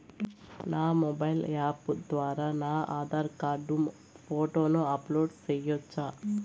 నా mobile app ద్వారా నా ఆధార్ కార్డు ఫోటోను అప్లోడ్ సేయొచ్చా?